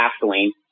gasoline